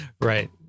Right